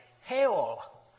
Hell